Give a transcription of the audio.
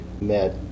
met